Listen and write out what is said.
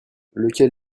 lequel